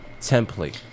template